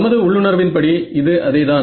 நமது உள்ளுணர்வின் படி இது அதேதான்